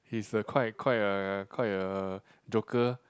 he's a quite quite a quite a joker